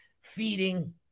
feeding